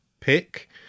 pick